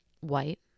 White